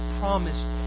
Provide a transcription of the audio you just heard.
promised